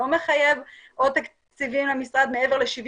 לא מחייב עוד תקציבים למשרד מעבר ל-70